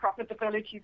profitability